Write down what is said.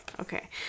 Okay